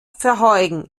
verheugen